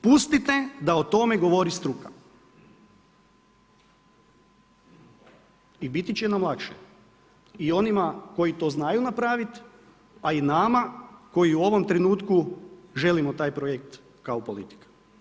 Pustite da o tome govori struka i biti će nam lakše, i onima koji to znaju napraviti a i nama koji u ovom trenutku želimo taj projekt kao politika.